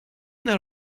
there